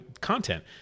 content